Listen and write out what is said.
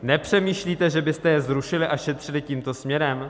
Nepřemýšlíte, že byste je zrušili a šetřili tímto směrem?